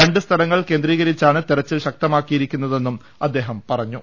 രണ്ട് സ്ഥലങ്ങൾ കേന്ദ്രീകരിച്ചാണ് തെരുച്ചിൽ ശക്തമാക്കിയിരി ക്കുന്നതെന്നും അദ്ദേഹം പറഞ്ഞു